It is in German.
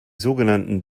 sogenannten